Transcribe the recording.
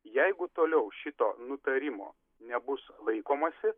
jeigu toliau šito nutarimo nebus laikomasi